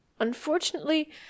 unfortunately